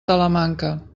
talamanca